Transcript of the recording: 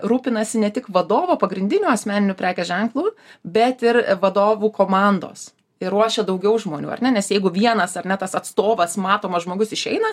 rūpinasi ne tik vadovo pagrindinių asmeniniu prekės ženklu bet ir vadovų komandos ir ruošia daugiau žmonių ar ne nes jeigu vienas ar ne tas atstovas matomas žmogus išeina